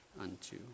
unto